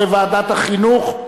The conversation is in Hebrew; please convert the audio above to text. לדיון מוקדם בוועדת החינוך,